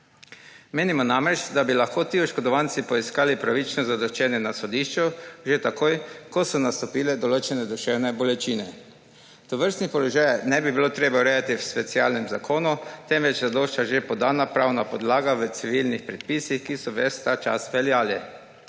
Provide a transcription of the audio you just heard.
Menimo namreč, da bi lahko ti oškodovanci poiskali pravično zadoščenje na sodišču že takoj, ko so nastopile določene duševne bolečine. Tovrstnega položaja ne bi bilo treba urejati v specialnem zakonu, temveč zadošča še podana pravna podlaga v civilnih predpisih, ki so ves ta čas veljali.